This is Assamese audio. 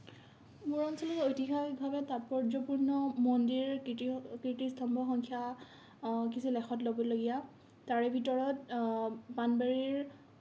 মোৰ অঞ্চলত ঐতিহাসিকভাৱে তাৎপৰ্যপূৰ্ণ মন্দিৰ কাৰ্তি কীৰ্তিস্তম্ভ সংখ্যা কিছু লেখত ল'বলগীয়া তাৰে ভিতৰত পাণবাৰীৰ